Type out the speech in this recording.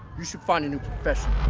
you should find a new profession.